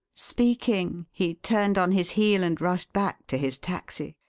speaking, he turned on his heel and rushed back to his taxi,